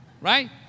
Right